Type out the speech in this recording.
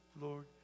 Lord